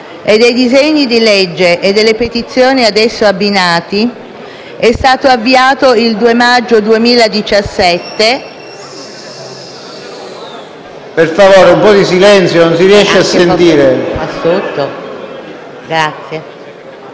e dei disegni di legge e delle petizioni ad esso abbinati è stato avviato il 2 maggio 2017...